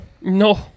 No